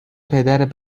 پدر